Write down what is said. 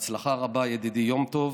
בהצלחה רבה, ידידי יום טוב.